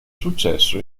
successo